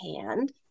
hand